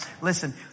Listen